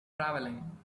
travelling